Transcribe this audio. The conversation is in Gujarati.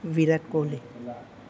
વિરાટ કોહલી